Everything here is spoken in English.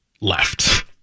left